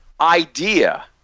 idea